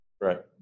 Right